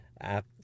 app